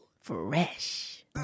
fresh